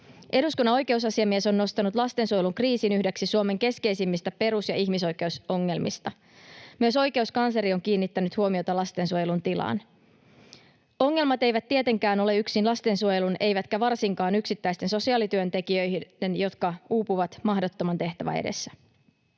Eduskunnan oikeusasiamies on nostanut lastensuojelun kriisin yhdeksi Suomen keskeisimmistä perus- ja ihmisoikeusongelmista. Myös oikeuskansleri on kiinnittänyt huomiota lastensuojelun tilaan. Ongelmat eivät tietenkään ole yksin lastensuojelun eivätkä varsinkaan yksittäisten sosiaalityöntekijöiden, jotka uupuvat mahdottoman tehtävän edessä.